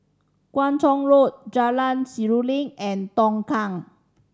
Kung Chong Road Jalan Seruling and Tongkang